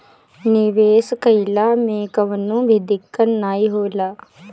निवेश कइला मे कवनो भी दिक्कत नाइ होला